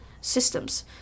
systems